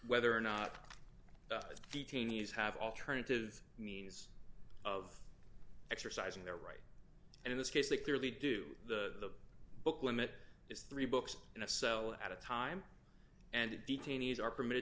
whether or not detainees have alternative means of exercising their right and in this case they clearly do the book limit is three books in a cell at a time and detainees are permitted